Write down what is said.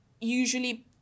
usually